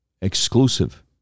Exclusive